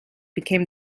became